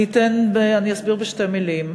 אני אסביר בשתי מילים.